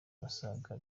abasaga